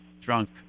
drunk